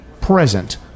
present